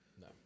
No